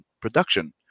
production